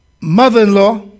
mother-in-law